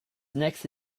next